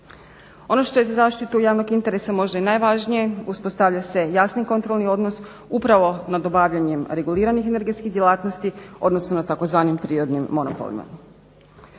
Ono što je za zaštitu javnog interesa možda i najvažnije, uspostavlja se jasni kontrolni odnos upravo nad obavljanjem reguliranih energetskih djelatnosti, odnosno na tzv. priornim monopolima.